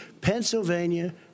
Pennsylvania